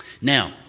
Now